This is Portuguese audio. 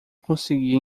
conseguiu